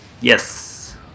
Yes